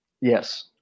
Yes